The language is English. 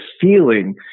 feeling